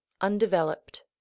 undeveloped